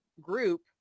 group